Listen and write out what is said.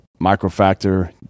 microfactor